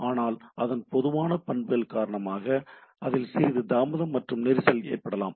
ஆனால் அதன் பொதுவான பண்புகள் காரணமாக அதில் சிறிது தாமதம் மற்றும் நெரிசல் ஏற்படலாம்